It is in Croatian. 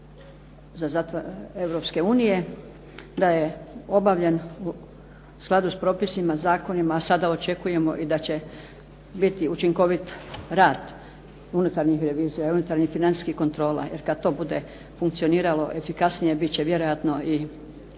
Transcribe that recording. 32. Europske unije da je obavljen u skladu s propisima, zakonima, a sada očekujemo i da će biti učinkovit rada unutarnjih revizija i unutarnjih financijskih kontrola. Jer kad to bude funkcioniralo efikasnije bit će vjerojatno i nama